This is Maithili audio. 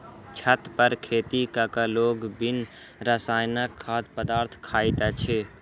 छत पर खेती क क लोक बिन रसायनक खाद्य पदार्थ खाइत अछि